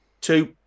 Two